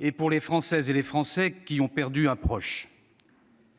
ainsi que pour les Françaises et les Français qui ont perdu un proche.